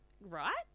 right